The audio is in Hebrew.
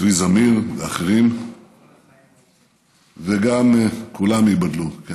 צבי זמיר ואחרים, וגם, ייבדלו לחיים ארוכים.